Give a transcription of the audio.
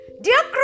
Dear